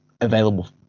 available